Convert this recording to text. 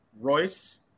Royce